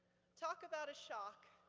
talk about a shock.